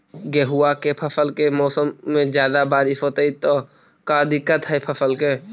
गेहुआ के फसल के मौसम में ज्यादा बारिश होतई त का दिक्कत हैं फसल के?